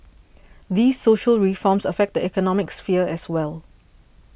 these social reforms affect the economic sphere as well